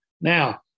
Now